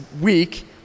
week